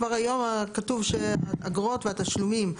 כבר היום כתוב שהאגרות והתשלומים,